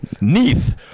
neath